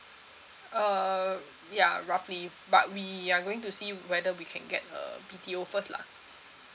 uh ya roughly but we are going to see whether we can get a B_T_O first lah